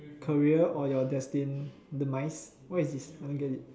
career or your destined demise what is this I don't get it